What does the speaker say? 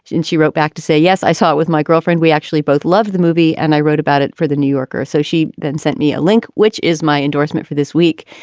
and she wrote back to say, yes, i saw it with my girlfriend. we actually both love the movie and i wrote about it for the new yorker. so she then sent me a link, which is my endorsement for this week.